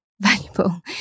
valuable